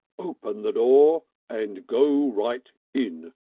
open the door and go right in,